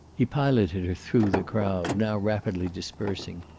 he piloted her through the crowd, now rapidly dispersing.